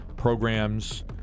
Programs